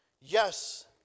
yes